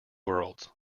worlds